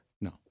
no